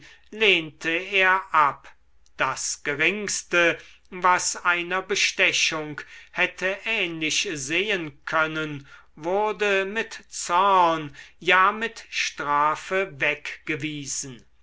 lehnte er ab das geringste was einer bestechung hätte ähnlich sehen können wurde mit zorn ja mit strafe weggewiesen